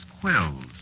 quills